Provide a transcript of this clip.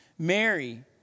Mary